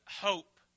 hope